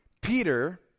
Peter